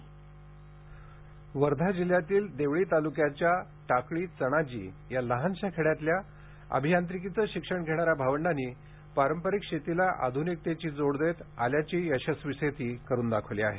आले शेती इंट्रो वर्धा जिल्ह्यातील देवळी तालूक्याच्या टाकळी चणाजी या लहानशा खेड्यातील अभियांत्रिकीचं शिक्षण घेणाऱ्या भावंडांनी पारंपरिक शेतीला आधूनिकतेची जोड देत आल्याची यशस्वी शेती करुन दाखवली आहे